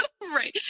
right